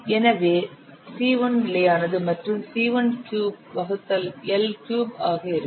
எனவே C1 நிலையானது மற்றும் C1 க்யூப் வகுத்தல் L க்யூப் ஆக இருக்கும்